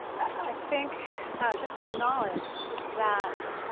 i think just to acknowledge that